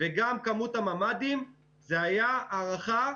וגם כמות הממ"דים, זו הייתה ההערכה.